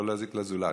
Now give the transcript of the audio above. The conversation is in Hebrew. בשביל לא להזיק לזולת,